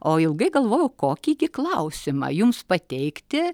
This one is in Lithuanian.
o ilgai galvojau kokį gi klausimą jums pateikti